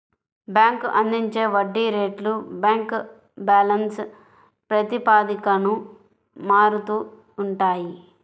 bank అందించే వడ్డీ రేట్లు బ్యాంక్ బ్యాలెన్స్ ప్రాతిపదికన మారుతూ ఉంటాయి